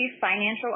financial